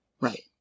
Right